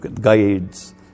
guides